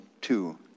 two